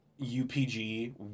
upg